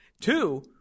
Two